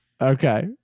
Okay